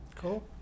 cool